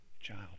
child